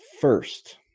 first